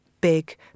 big